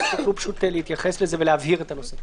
אם תוכלו להתייחס לזה ולהבהיר את הנושא.